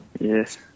Yes